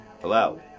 Hello